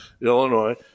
Illinois